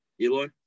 Eloy